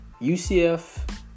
UCF